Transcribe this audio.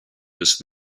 this